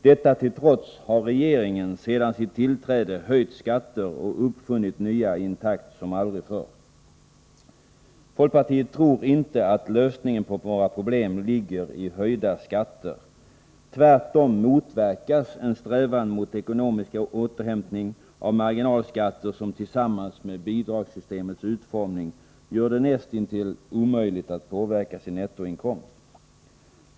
Detta till trots har regeringen sedan sitt tillträde höjt skatter och uppfunnit nya i en takt som aldrig förr. Folkpartiet tror inte att lösningen på våra problem ligger i höjda skatter. Tvärtom motverkas en strävan mot ekonomisk återhämtning av marginalskatter som tillsammans med bidragssystemets utformning gör det näst intill omöjligt att påverka sin nettoinkomst.